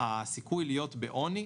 הסיכוי להיות בעוני,